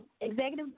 executive